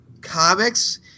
comics